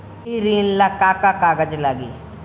गृह ऋण ला का का कागज लागी?